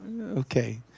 Okay